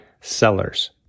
sellers